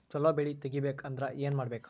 ಛಲೋ ಬೆಳಿ ತೆಗೇಬೇಕ ಅಂದ್ರ ಏನು ಮಾಡ್ಬೇಕ್?